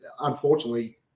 unfortunately